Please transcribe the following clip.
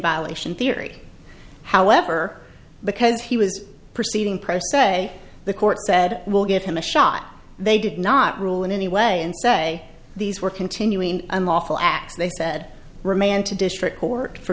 violation theory however because he was proceeding press say the court said we'll give him a shot they did not rule in any way and say these were continuing unlawful acts they said remand to district court for